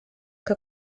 que